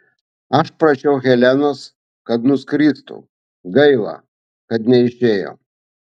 aš prašiau helenos kad nuskristų gaila kad neišėjo